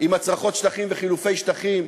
עם הצרחות שטחים וחילופי שטחים.